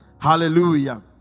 Hallelujah